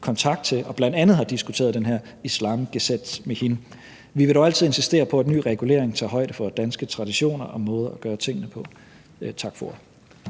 kontakt til og bl.a. har diskuteret den her Islamgesetz med. Vi vil dog altid insistere på, at ny regulering tager højde for danske traditioner og måder at gøre tingene på. Tak for